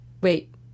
wait